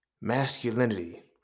Masculinity